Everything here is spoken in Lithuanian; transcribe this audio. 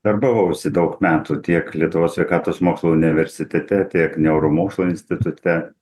darbavausi daug metų tiek lietuvos sveikatos mokslų universitete tiek neuromokslų institute